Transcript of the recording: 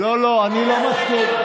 לא, אני לא מסכים.